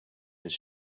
his